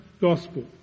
gospel